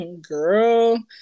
girl